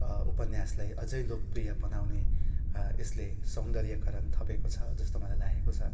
उपन्यासलाई अझै लोकप्रिय बनाउने यसले सौन्दर्यकरण थपेको छ जस्तो मलाई लागेको छ